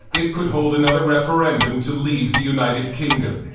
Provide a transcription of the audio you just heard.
it could hold another referendum to leave the united kingdom.